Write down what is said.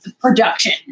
Production